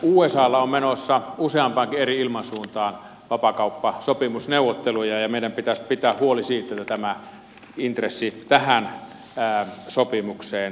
usalla on menossa useampaankin eri ilmansuuntaan vapaakauppasopimusneuvotteluja ja meidän pitäisi pitää huoli siitä että tämä intressi tähän sopimukseen säilyy